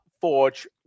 Forge